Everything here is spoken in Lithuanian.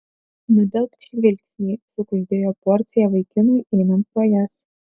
nudelbk žvilgsnį sukuždėjo porcija vaikinui einant pro jas